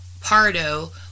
Pardo